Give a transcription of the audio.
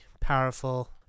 powerful